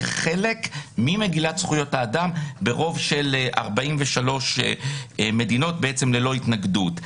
כחלק ממגילת זכויות האדם ברוב של 43 מדינות ללא התנגדות.